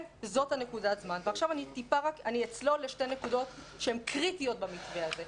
אני אצלול לשתי נקודות קריטיות במתווה הזה,